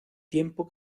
tiempo